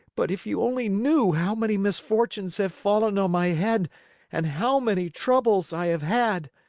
but if you only knew how many misfortunes have fallen on my head and how many troubles i have had!